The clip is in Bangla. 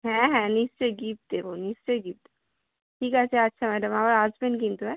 হ্যাঁ হ্যাঁ নিশ্চয়ই গিফট দেবো নিশ্চয়ই গিফট দে ঠিক আছে আচ্ছা ম্যাডাম আবার আসবেন কিন্তু হ্যাঁ